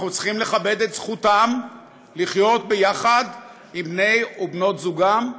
אנחנו צריכים לכבד את זכותם לחיות ביחד עם בני ובנות זוגם.